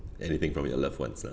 anything from your loved ones lah